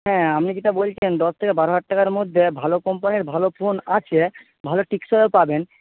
হ্যাঁ আপনি যেটা বলছেন দশ থেকে বারো হাজার টাকার মধ্যে ভালো কোম্পানির ভালো ফোন আছে ভালো টেকসইও পাবেন